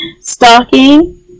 stalking